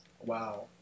Wow